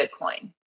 Bitcoin